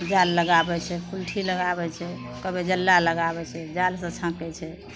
जाल लगाबै छै कुल्ठी लगाबै छै कभी जल्ला लगाबै छै जालसे छाँकै छै